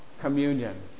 communion